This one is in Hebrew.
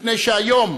מפני שהיום,